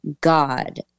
God